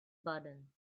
button